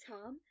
Tom